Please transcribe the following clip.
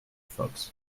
fox